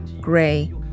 gray